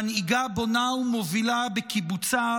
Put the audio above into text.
מנהיגה בונה ומובילה בקיבוצה,